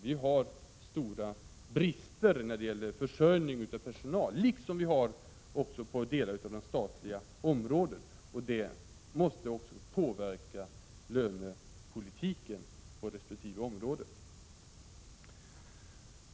Vi har på de områdena stora brister när det gäller försörjning med personal liksom på stora delar av det statliga området. Det måste också påverka lönepolitiken på resp. område.